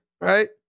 right